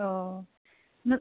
अ नों